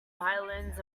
violins